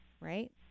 right